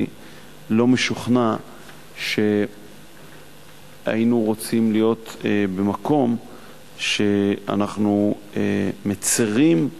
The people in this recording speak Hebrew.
אני לא משוכנע שהיינו רוצים להיות במקום שאנחנו מצרים,